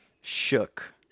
Shook